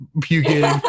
puking